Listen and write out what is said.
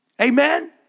amen